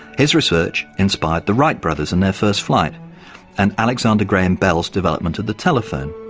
his research inspired the wright brothers and their first flight and alexander graham bell's development of the telephone.